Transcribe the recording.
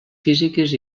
físiques